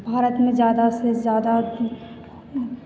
भारत में ज़्यादा से ज़्यादा